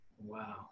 Wow